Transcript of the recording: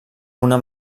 una